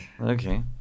Okay